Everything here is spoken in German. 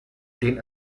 den